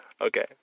Okay